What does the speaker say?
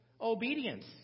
obedience